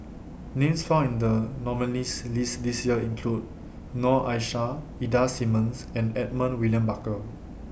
Names found in The nominees' list This Year include Noor Aishah Ida Simmons and Edmund William Barker